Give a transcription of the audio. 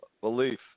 Belief